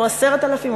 או 10,000,